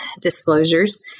disclosures